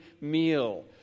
meal